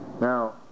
Now